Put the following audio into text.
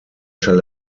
shall